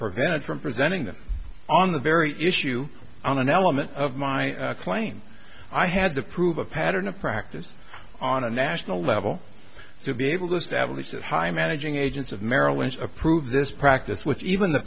prevented from presenting them on the very issue on an element of my claim i had to prove a pattern of practice on a national level to be able to establish that high managing agents of maryland approve this practice which even the